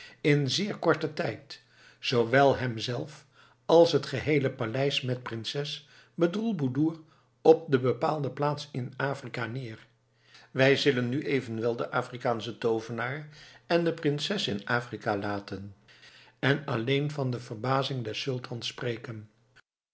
in zeer korten tijd zoowel hem zelf als het geheele paleis met prinses bedroelboedoer op de bepaalde plaats in afrika neer wij zullen nu evenwel den afrikaanschen toovenaar en de prinses in afrika laten en alleen van de verbazing des sultans spreken